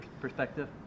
perspective